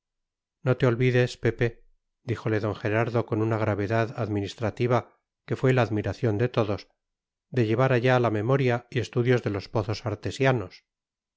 no te olvides pepe díjole d gerardo con una gravedad administrativa que fue la admiración de todos de llevar allá la memoria y estudios de los pozos artesianos